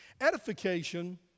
Edification